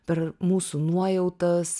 per mūsų nuojautas